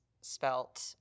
spelt